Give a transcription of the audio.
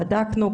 בדקנו,